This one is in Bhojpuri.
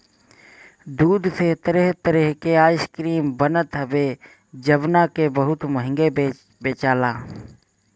दूध से तरह तरह के आइसक्रीम बनत हवे जवना के बहुते महंग बेचाला